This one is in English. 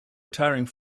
retiring